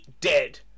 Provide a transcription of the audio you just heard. dead